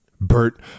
Bert